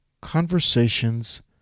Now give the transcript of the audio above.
conversations